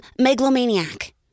megalomaniac